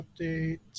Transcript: Update